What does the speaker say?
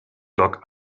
luck